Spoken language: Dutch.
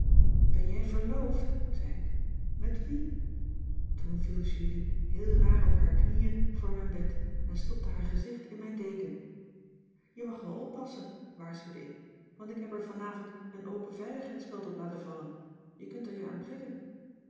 ben jij verloofd zei ik met wie toen viel julie heel raar op haar knieën voor mijn bed en stopte haar gezicht in mijn deken je mag wel oppassen waarschuwde ik want ik heb er vanavond een open veiligheidsspeld op laten vallen je kunt er je aan prikken